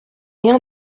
rien